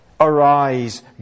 Arise